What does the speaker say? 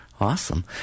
awesome